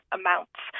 amounts